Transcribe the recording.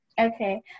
Okay